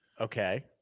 Okay